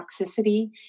toxicity